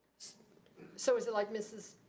so is it like mrs.